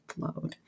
load